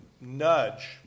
nudge